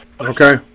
Okay